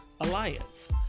Alliance